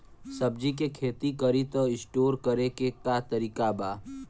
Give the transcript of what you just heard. सब्जी के खेती करी त स्टोर करे के का तरीका बा?